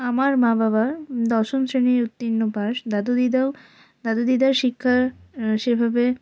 আমার মা বাবা দশম শ্রেণী উত্তীর্ণ পাস দাদু দিদাও দাদু দিদার শিক্ষা সেভাবে